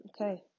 okay